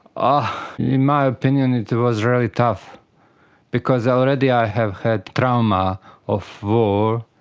ah my opinion it was really tough because already i have had trauma of war,